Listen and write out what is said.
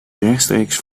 rechtstreeks